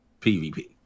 PVP